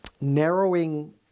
narrowing